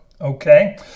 okay